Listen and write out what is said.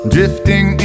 Drifting